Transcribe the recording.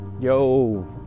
Yo